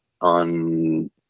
on